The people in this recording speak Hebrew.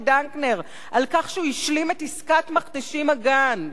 דנקנר על כך שדנקנר השלים את עסקת "מכתשים אגן".